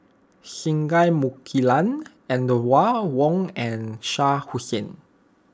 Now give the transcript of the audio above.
Singai Mukilan and Wong and Shah Hussain